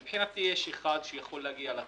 מבחינתי, יש אחד שיכול להגיע לתת.